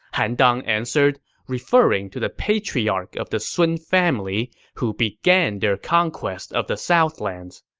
han dang answered, referring to the patriarch of the sun family who began their conquest of the southlands.